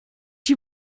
you